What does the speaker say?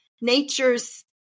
nature's